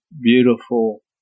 beautiful